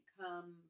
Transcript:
come